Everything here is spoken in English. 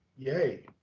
yay.